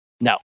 No